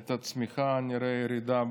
את הצמיחה, נראה ירידה